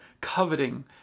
coveting